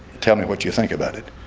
tell me what you think about it